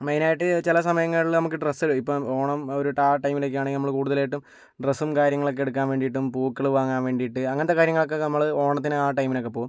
മെയിനായിട്ട് ചില സമയങ്ങളിൽ നമുക്ക് ഡ്രസ്സ് ഇപ്പോൾ ഓണം ഒരു ആ ടൈമിലൊക്കെ ആണെങ്കിൽ നമ്മൾ കൂടുതലായിട്ടും ഡ്രസ്സും കാര്യങ്ങളൊക്കെ എടുക്കാൻ വേണ്ടിയിട്ടും പൂക്കൾ വാങ്ങാൻ വേണ്ടിയിട്ട് അങ്ങനത്തെ കാര്യങ്ങൾക്കൊക്കെ നമ്മൾ ഓണത്തിന് ആ ടൈമിനൊക്കെ പോകും